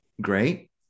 great